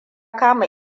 kama